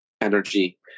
energy